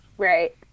Right